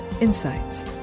insights